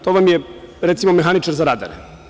To vam je, recimo, mehaničar za radare.